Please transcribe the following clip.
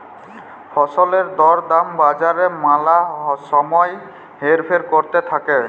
ফসলের দর দাম বাজারে ম্যালা সময় হেরফের ক্যরতে থাক্যে